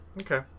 Okay